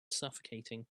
suffocating